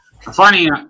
Funny